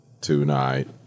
tonight